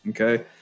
Okay